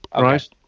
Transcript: right